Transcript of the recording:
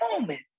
moment